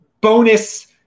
bonus